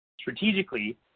Strategically